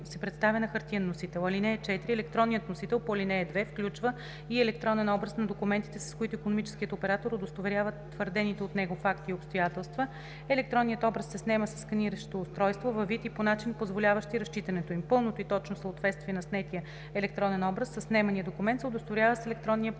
се представя на хартиен носител. (4) Електронният носител по ал. 2 включва и електронен образ на документите, с които икономическият оператор удостоверява твърдените от него факти и обстоятелства. Електронният образ се снема със сканиращо устройство във вид и по начин, позволяващи разчитането им. Пълното и точно съответствие на снетия електронен образ със снемания документ се удостоверява с електронен